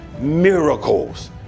miracles